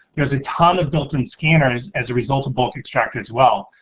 there's a ton of built in-scanners, as a result of bulk extractor as well.